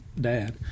dad